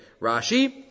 Rashi